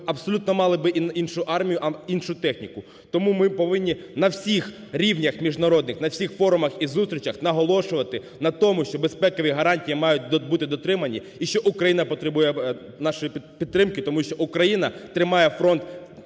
абсолютно мали іншу армію, іншу техніку. Тому ми повинні на всіх рівнях міжнародних, на всіх форумах і зустрічах наголошувати на тому, що безпекові гарантії мають бути дотримані і що Україна потребує нашої підтримки, тому що Україна тримає фронт